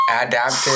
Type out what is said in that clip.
adapted